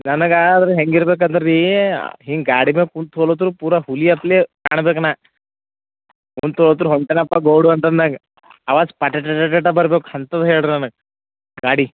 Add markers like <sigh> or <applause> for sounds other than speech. ನನಗಾದ್ರ ಹೆಂಗೆ ಇರ್ಬೇಕಂದ್ರ ರೀ ಹಿಂಗೆ ಗಾಡಿ ಮೇಲೆ ಕುಂತು ಹೊಲುತ್ರು ಪೂರ ಹುಲಿಯತ್ಲೆ ಕಾಣ್ಬೇಕು ನಾ ಕುಂತು ಹೋತ್ರು ಹೊಂಟೆನಪ್ಪ ಗೌಡು ಅಂತಂದಾಗ ಅವ <unintelligible> ಬರ್ಬೇಕು ಅಂಥದ್ ಹೇಳ್ರಿ ನನಗೆ ಗಾಡಿ